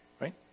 right